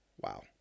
wow